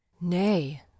Nay